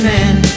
man